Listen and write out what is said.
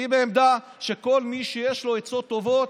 אני בעמדה שכל מי שיש לו עצות טובות,